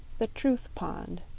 the truth pond